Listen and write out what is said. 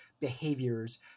behaviors